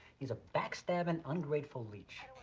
he's a back-stabbing, ungrateful leech.